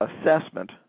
assessment